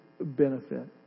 benefit